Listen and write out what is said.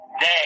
day